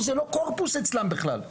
בדרך כלל מדינה שמה גיבורי תרבות על שטרות,